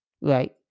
right